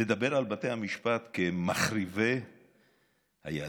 לדבר על בתי המשפט כמחריבי היהדות?